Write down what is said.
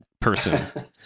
person